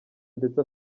ndetse